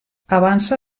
avança